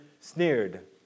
sneered